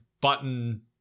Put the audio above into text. button